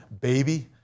baby